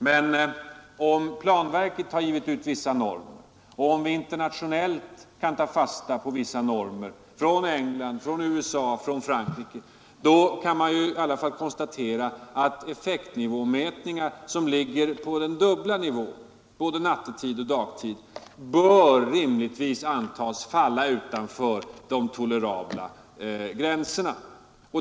Men om planverket har givit ut vissa normer och om vi internationellt kan ta fasta på vissa normer — från England, från USA, från Frankrike — kan man i alla fall konstatera att effektnivåmätningar som ligger på dubbelt så hög nivå både nattetid och dagtid rimligtvis bör antas falla utanför de tolerabla gränserna.